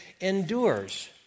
endures